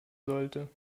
sollte